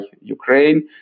Ukraine